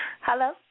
Hello